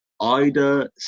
Ida